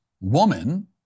woman